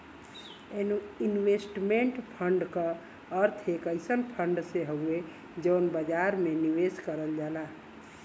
investment fund क अर्थ एक अइसन फण्ड से हउवे जौन बाजार में निवेश करल जाला